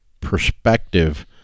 perspective